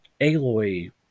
Aloy